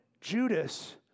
Judas